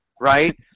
right